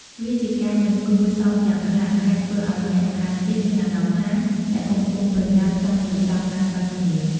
វាជាការមិនគួរសមយ៉ាងខ្លាំង ហើយធ្វើឲ្យអ្នកម្ខាងទៀតមានអារម្មណ៍ថាអ្នកកំពុងប្រញាប់ចង់បញ្ចប់ការសន្ទនា។